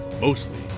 mostly